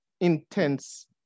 intense